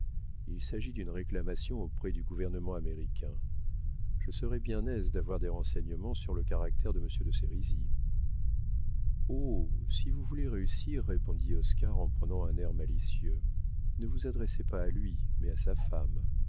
il s'agit d'une réclamation auprès du gouvernement américain je serai bien aise d'avoir des renseignements sur le caractère de monsieur de sérisy oh si vous voulez réussir répondit oscar en prenant un air malicieux ne vous adressez pas à lui mais à sa femme